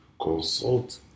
consult